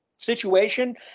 situation